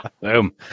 Boom